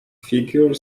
figure